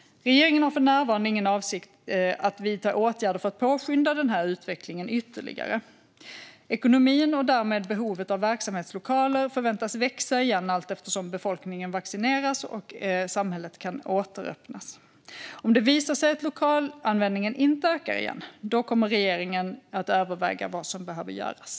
Regeringen har för närvarande ingen avsikt att vidta åtgärder för att påskynda den här utvecklingen ytterligare. Ekonomin - och därmed behovet av verksamhetslokaler - förväntas växa igen allteftersom befolkningen vaccineras och samhället åter kan öppnas. Om det visar sig att lokalanvändningen inte ökar igen kommer regeringen att överväga vad som behöver göras.